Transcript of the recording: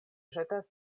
ĵetas